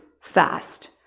fast